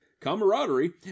camaraderie